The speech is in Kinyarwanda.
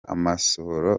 amasohoro